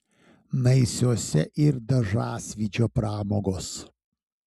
naisiuose ir dažasvydžio pramogos